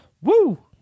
Woo